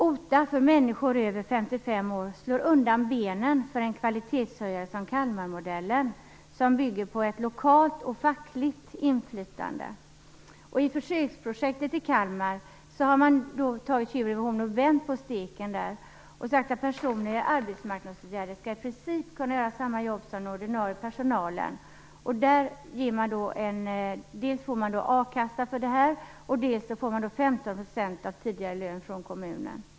OTA för människor över 55 år slår undan benen för en kvalitetshöjare som Kalmarmodellen, som bygger på ett lokalt och fackligt inflytande. I försöksprojektet i Kalmar har man vänt på steken och sagt att personer i arbetsmarknadsåtgärder i princip skall kunna göra samma jobb som den ordinarie personalen. Dels får de a-kassa, dels får de 15 % av tidigare lön från kommunen.